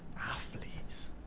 Athletes